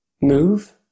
move